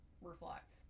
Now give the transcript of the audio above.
reflect